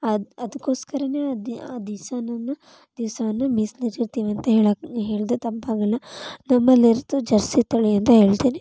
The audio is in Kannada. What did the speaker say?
ಅದ್ ಅದ್ಕೊಸ್ಕರಾನೇ ದಿ ಆ ದಿವ್ಸನುನ ದಿವಸವನ್ನು ಮೀಸಲು ಇಡ್ ಇಡ್ತೀವಿ ಅಂತ ಹೇಳಕ್ ಹೇಳಿದರೆ ತಪ್ಪಾಗಲ್ಲ ನಮ್ಮಲ್ಲಿರೋದು ಜರ್ಸಿ ತಳಿ ಅಂತ ಹೇಳ್ತೀನಿ